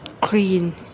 clean